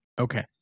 Okay